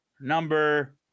number